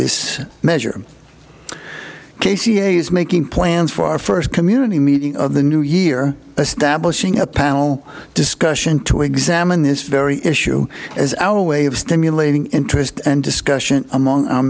this measure casey is making plans for our first community meeting of the new year establishing a panel discussion to examine this very issue as our way of stimulating interest and discussion among our